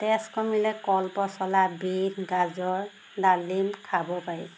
তেজ কমিলে কল পচলা বীট গাজৰ ডালিম খাব পাৰি